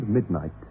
Midnight